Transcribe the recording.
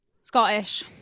Scottish